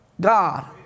God